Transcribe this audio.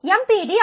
key MPD ஆகும்